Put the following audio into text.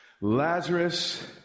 Lazarus